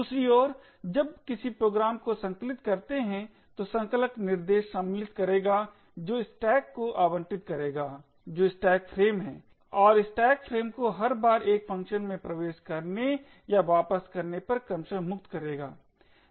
दू सरी ओर जब आप किसी प्रोग्राम को संकलित करते हैं तो संकलक निर्देश सम्मिलित करेगा जो स्टैक को आवंटित करेगा जो स्टैक फ्रेम है और स्टैक फ्रेम को हर बार एक फ़ंक्शन में प्रवेश करने या वापस करने पर क्रमशः मुक्त करेगा